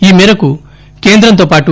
ఈ మేరకు కేంద్రంతో పాటు